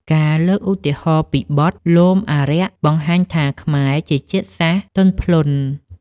ការលើកឧទាហរណ៍ពីបទ លោមអារក្ស បង្ហាញថាខ្មែរជាជាតិសាសន៍ទន់ភ្លន់។